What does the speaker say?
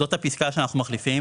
זאת הפסקה שאנחנו מחליפים,